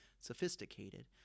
sophisticated